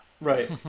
Right